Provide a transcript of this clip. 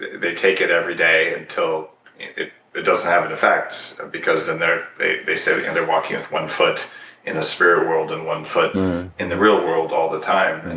they take it every day until it doesn't have an effect, because then they they say they're walking with one foot in the spirit world and one foot in the real world all the time.